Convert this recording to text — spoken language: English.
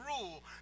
rule